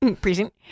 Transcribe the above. present